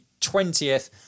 20th